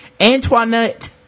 Antoinette